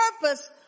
purpose